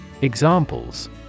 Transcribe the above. Examples